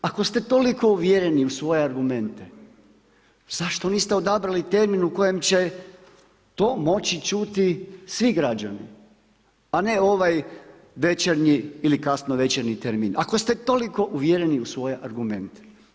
Ako ste toliko uvjereni za svoje argumente, zašto niste odabrali termin u kojem će to moći čuti svi građani, a ne ovaj večernji li kasnovečernji termin, ako ste toliko uvjereni u svoje argumente.